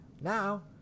now